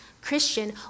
Christian